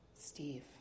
Steve